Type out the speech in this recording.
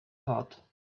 hot